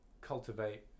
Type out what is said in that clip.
cultivate